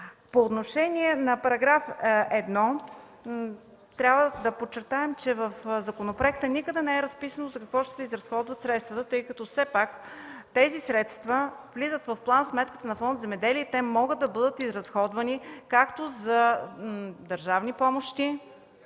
По отношение на § 1 трябва да подчертаем, че в законопроекта никъде не е разписано за какво ще се изразходват средствата, тъй като все пак те влизат в план-сметката на Фонд „Земеделие” и могат да бъдат изразходвани както за държавни помощи,